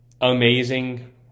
amazing